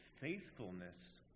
faithfulness